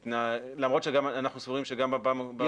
למרות שאנחנו סבורים שגם בפעם הקודמת